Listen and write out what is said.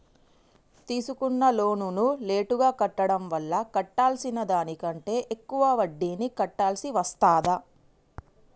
తీసుకున్న లోనును లేటుగా కట్టడం వల్ల కట్టాల్సిన దానికంటే ఎక్కువ వడ్డీని కట్టాల్సి వస్తదా?